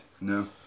No